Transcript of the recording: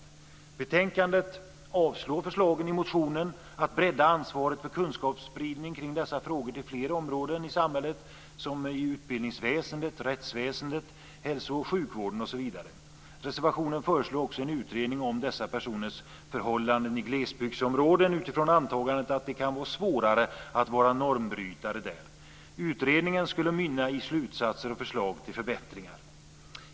I betänkandet avstyrks förslagen i motionen, att bredda ansvaret för kunskapsspridning kring dessa frågor till fler områden i samhället, som utbildningsväsendet, rättsväsendet, hälso och sjukvården osv. Reservationen föreslår också en utredning om dessa personers förhållanden i glesbygdsområden utifrån antagandet att det kan vara svårare att vara normbrytare där. Utredningen skulle mynna i slutsatser och förslag till förbättringar.